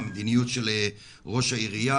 המדיניות של ראש העירייה.